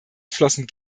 flossen